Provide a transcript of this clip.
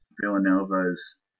Villanova's